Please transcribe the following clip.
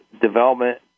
Development